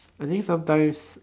I think sometimes